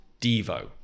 Devo